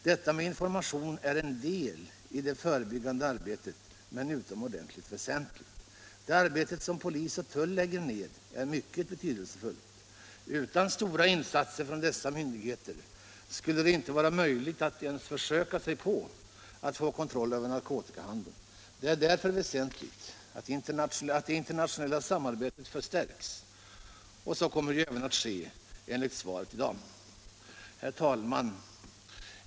Detta med information är en del av det förebyggande arbetet, men utomordentligt väsentligt. Det arbete som polis och tull lägger ned är mycket betydelsefullt. Utan stora insatser av dessa myndigheter skulle det inte vara möjligt att ens försöka sig på att få kontroll över narkotikahandeln. Det är därför väsentligt att det internationella samarbetet förstärks, och så kommer ju även att ske enligt svaret i dag. Herr talman!